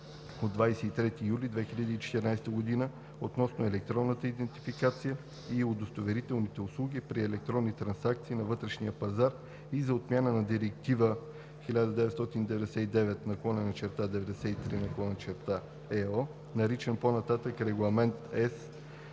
от 23 юли 2014 г. относно електронната идентификация и удостоверителните услуги при електронни трансакции на вътрешния пазар и за отмяна на Директива 1999/93/ЕО (ОВ, L 257/73 от 28